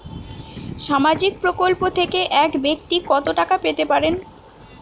সামাজিক প্রকল্প থেকে এক ব্যাক্তি কত টাকা পেতে পারেন?